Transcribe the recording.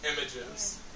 images